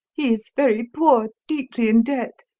he is very poor, deeply in debt,